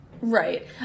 Right